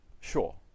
sure